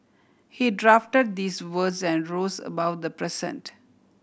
he draft these words and rose above the present